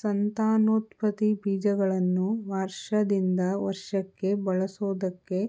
ಸಂತಾನೋತ್ಪತ್ತಿ ಬೀಜಗಳನ್ನು ವರ್ಷದಿಂದ ವರ್ಷಕ್ಕೆ ಬಳಸೋದಕ್ಕೆ